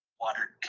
water